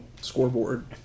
scoreboard